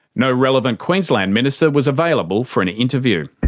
no relevant queensland minister was available for an interview.